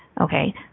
Okay